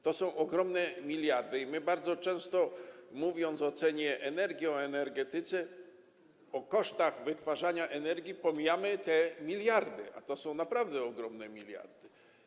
To są ogromne miliardy i my bardzo często, mówiąc o cenie energii, o energetyce, o kosztach wytwarzania energii, pomijamy te miliardy, a to są naprawdę ogromne miliardy.